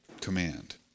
command